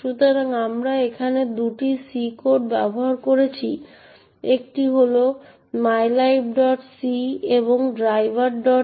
সুতরাং আমরা এখানে দুটি সি কোড ব্যবহার করেছি একটি হল mylibc এবং ড্রাইভারc